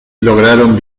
lograron